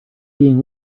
being